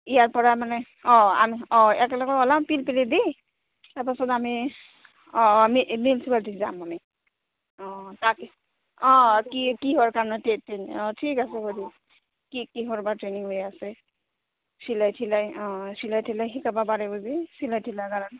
ইয়াৰ পৰা মানে অঁ আমি অঁ একেলগে ওলাম পিলপিলি দি তাৰপাছত আমি অঁ অঁ মিউনিছিপালটিত যাম আমি অঁ তাক অঁ কি কিহৰ কাৰণে টে অঁ ঠিক আছে সুধিম কি কিহৰ বা ট্ৰেইনিং হৈ আছে চিলাই চিলাই অঁ চিলাই তিলাই শিকাব পাৰে বুজি চিলাই তিলাই কাৰণে